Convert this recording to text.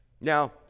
Now